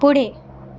पुढे